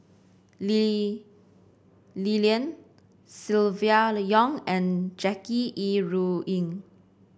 Lee Li Lian Silvia Yong and Jackie Yi Ru Ying